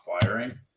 firing